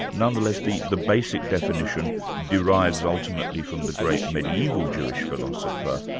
nonetheless the the basic definition derives ultimately from the great mediaeval jewish philosopher,